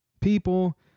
people